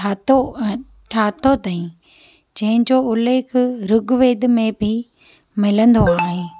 ठातो आहे ठातो अथई जंहिं जो उल्लेख ऋगवेद में बि मिलंदो आहे